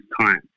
time